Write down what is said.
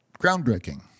groundbreaking